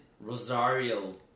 rosario